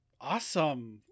awesome